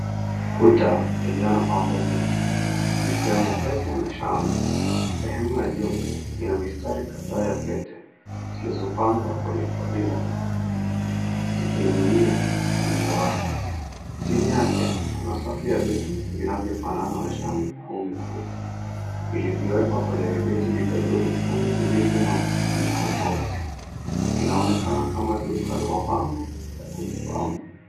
Kuta iliyo na pambo nyingi zikiwemo pete na shangaa. Sehemu ya juu ina mistari kadhaa ya pete zilizopangwa kwenye kodi ndogo zikining'inia kwenye ndoano. Chini yake kuna safu ya vitu vinavyofanana na shanga au mikufu, vilivyowekwa kwa vibeti vidogo vyekundu vilivyo na mfuko mweusi. Inaonekana kama duka la mapambo ya kujipamba.